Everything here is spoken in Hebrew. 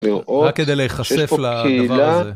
לראות שיש פה קהילה רק כדי להיחשף לדבר הזה.